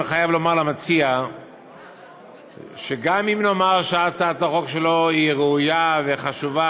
אני חייב לומר למציע שגם אם נאמר שהצעת החוק שלו היא ראויה וחשובה,